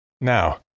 Now